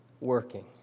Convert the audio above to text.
working